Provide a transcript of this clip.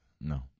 No